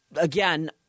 again